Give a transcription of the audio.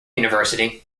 university